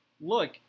look